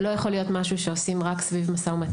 זה לא יכול להיות משהו שעושים רק סביב מו"מ,